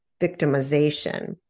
victimization